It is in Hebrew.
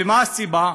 ומה הסיבה?